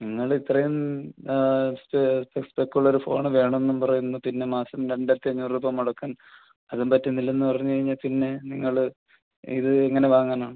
നിങ്ങൾ ഇത്രയും സ്റ്റെപ്പുള്ള ഒരു ഫോണ് വേണമെന്നും പറയുന്നു പിന്നെ മാസം രണ്ടായിരത്തി അഞ്ഞൂറ് രൂപ മുടക്കാൻ അതും പറ്റുന്നില്ലെന്ന് പറഞ്ഞ് കഴിഞ്ഞാൽ പിന്നെ നിങ്ങൾ ഇത് എങ്ങനെ വാങ്ങാനാണ്